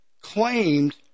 claimed